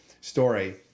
story